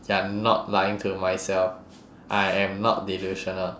you're not lying to myself I am not delusional